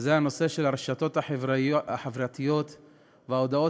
וזה הנושא של הרשתות החברתיות וההודעות